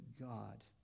God